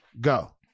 go